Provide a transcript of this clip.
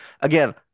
Again